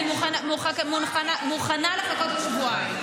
אני מוכנה לחכות שבועיים.